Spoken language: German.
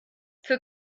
für